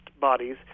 bodies